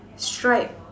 striped